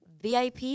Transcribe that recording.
VIP